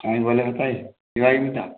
କାଇଁ ଭଲରେ ଥାଏ ଏବା ଇନତା